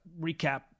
recap